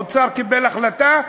האוצר קיבל החלטה,